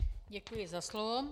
Děkuji za slovo.